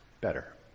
better